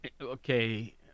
Okay